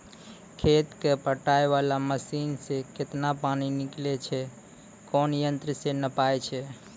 खेत कऽ पटाय वाला मसीन से केतना पानी निकलैय छै कोन यंत्र से नपाय छै